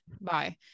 Bye